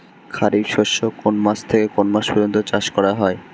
খারিফ শস্য কোন মাস থেকে কোন মাস পর্যন্ত চাষ করা হয়?